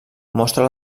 mostra